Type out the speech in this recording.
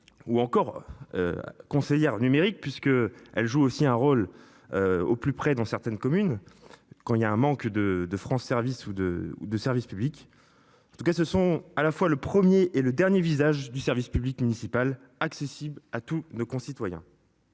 ou encore. Conseillère numérique puisque elle joue aussi un rôle. Au plus près dans certaines communes quand il y a un manque de de France services ou de ou de service public. En tout cas, ce sont à la fois le 1er et le dernier visage du service public municipal accessible à tous nos concitoyens.